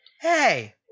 Hey